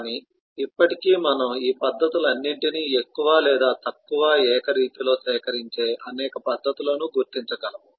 కానీ ఇప్పటికీ మనము ఈ పద్ధతులన్నింటినీ ఎక్కువ లేదా తక్కువ ఏకరీతిలో సేకరించే అనేక పద్ధతులను గుర్తించగలము